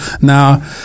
Now